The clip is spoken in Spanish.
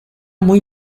muy